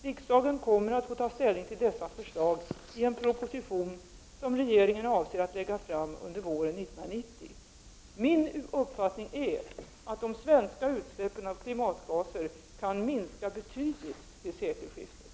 Riksdagen kommer att få ta ställning till dessa förslag i en proposition som regeringen avser att lägga fram under våren 1990. Min uppfattning är att de svenska utsläppen av klimatgaser kan minska betydligt till sekelskiftet.